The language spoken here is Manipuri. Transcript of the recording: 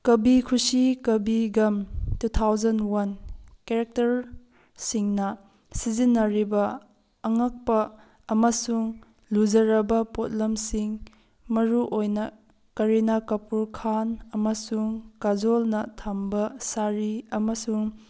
ꯀꯕꯤ ꯈꯨꯁꯤ ꯀꯕꯤ ꯒꯝ ꯇꯨ ꯊꯥꯎꯖꯟ ꯋꯥꯟ ꯀꯦꯔꯦꯛꯇꯔꯁꯤꯡꯅ ꯁꯤꯖꯤꯟꯅꯔꯤꯕ ꯑꯉꯛꯄ ꯑꯃꯁꯨꯡ ꯂꯨꯖꯔꯕ ꯄꯣꯠꯂꯝꯁꯤꯡ ꯃꯔꯨ ꯑꯣꯏꯅ ꯀꯔꯤꯅꯥ ꯀꯄꯨꯔ ꯈꯥꯟ ꯑꯃꯁꯨꯡ ꯀꯖꯣꯜꯅ ꯊꯝꯕ ꯁꯥꯔꯤ ꯑꯃꯁꯨꯡ